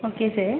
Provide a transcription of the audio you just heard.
okay sir